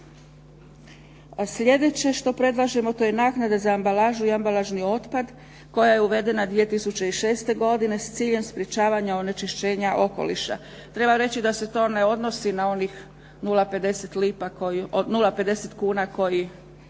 Slijedeće što predlažemo to je naknada za ambalažu i ambalažni otpad koja je uvedena 2006. godine s ciljem sprječavanja onečišćenja okoliša. Treba reći da se to ne odnosi na onih 0,50 kuna koje